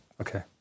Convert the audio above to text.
Okay